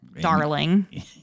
Darling